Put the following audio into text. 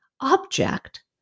object